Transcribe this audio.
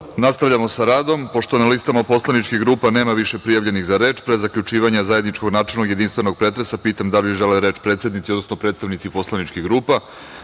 Nastavljamo sa radom. Pošto na listama poslaničkih grupa nema više prijavljenih za reč, pre zaključivanja zajedničkog načelnog i jedinstvenog pretresa, pitam da li žele reč predsednici, odnosno predstavnici poslaničkih grupa,